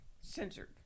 censored